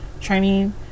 training